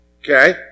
okay